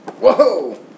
Whoa